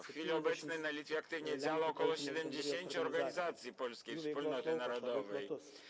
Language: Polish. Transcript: W chwili obecnej na Litwie aktywnie działa ok. 70 organizacji, polskich wspólnot narodowych.